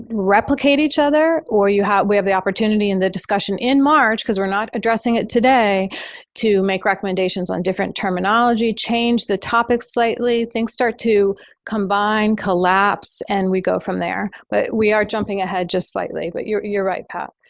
replicate each other or you have we have the opportunity in the discussion in march because we're not addressing it today to make recommendations on different terminology, change the topic slightly, things start to combine, collapse and we go from there, but we are jumping ahead just slightly, but you're you're right, pat.